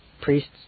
priests